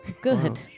Good